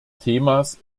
themas